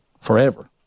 forever